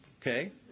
okay